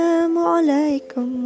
alaykum